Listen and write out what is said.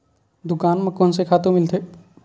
दुकान म कोन से खातु मिलथे?